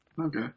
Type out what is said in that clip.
Okay